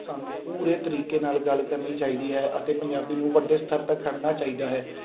ਸਾਨੂੰ ਪੂਰੇ ਤਰੀਕੇ ਨਾਲ ਗੱਲ ਕਰਨੀ ਚਾਹੀਦੀ ਹੈ ਅਤੇ ਪੰਜਾਬੀ ਨੂੰ ਵੱਡੇ ਸਤਰ ਤੱਕ ਖੜਨਾ ਚਾਹੀਦਾ ਹੈ